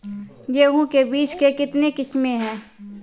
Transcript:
गेहूँ के बीज के कितने किसमें है?